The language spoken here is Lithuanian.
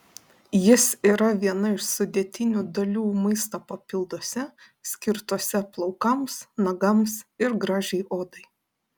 jis yra viena iš sudėtinių dalių maisto papilduose skirtuose plaukams nagams ir gražiai odai